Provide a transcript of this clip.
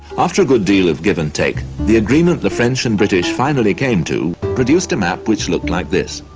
after a good deal of give and take, the agreement the french and british finally came to produced a map which looked like this.